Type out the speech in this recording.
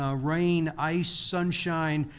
ah rain, ice, sunshine.